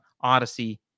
Odyssey